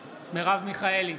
מיכאלי,